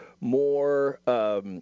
more